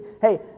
Hey